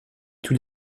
tous